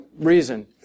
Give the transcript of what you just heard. reason